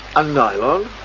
and nylon.